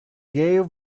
gave